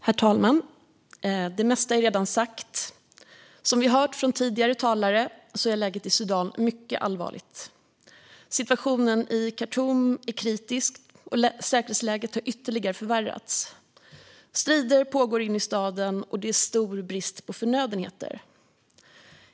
Herr talman! Det mesta är redan sagt. Som vi hört från tidigare talare är läget i Sudan mycket allvarligt. Situationen i Khartoum är kritisk, och säkerhetsläget har ytterligare förvärrats. Strider pågår inne i staden, och det är stor brist på förnödenheter.